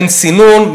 אין סינון,